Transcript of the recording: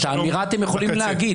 את האמירה אתם יכולים להגיד,